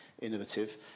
innovative